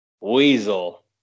weasel